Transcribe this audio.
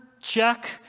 check